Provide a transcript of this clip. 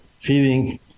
feeding